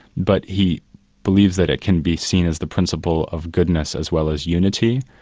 but he believes that it can be seen as the principle of goodness as well as unity,